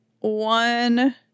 One